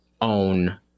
own